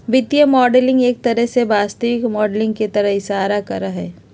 वित्तीय मॉडलिंग एक तरह से वास्तविक माडलिंग के तरफ इशारा करा हई